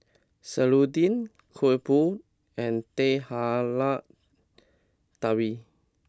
Serunding Kuih Bom and Teh Halia Tarik